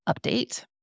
update